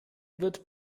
wird